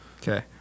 Okay